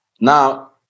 Now